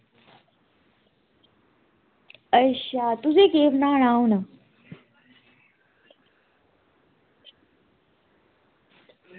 अच्छा तुसें केह् बनाना हून